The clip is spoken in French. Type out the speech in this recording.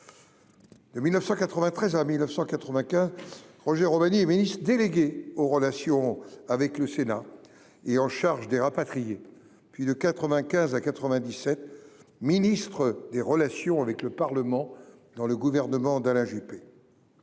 De 1993 à 1995, Roger Romani est ministre délégué aux relations avec le Sénat, chargé des rapatriés, puis, de 1995 à 1997, ministre des relations avec le Parlement dans le gouvernement d’Alain Juppé.